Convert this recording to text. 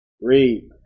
Read